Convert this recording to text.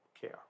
care